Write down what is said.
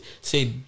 say